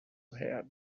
had